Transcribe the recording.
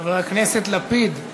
חבר הכנסת לפיד,